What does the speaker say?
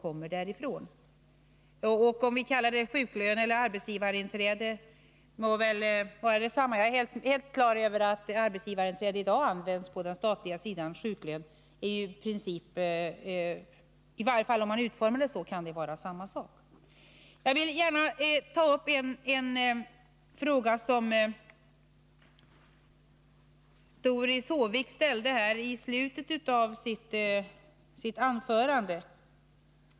Om vi kallar det sjuklön eller arbetsgivarinträde må väl vara detsamma. Jag är helt på det klara med att arbetsgivarinträde i dag används på den statliga sidan. I varje fall med den utformning det här är fråga om kan det vara samma sak. Jag vill gärna beröra en fråga som Doris Håvik ställde i slutet av sitt anförande.